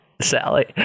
Sally